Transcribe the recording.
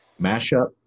mashup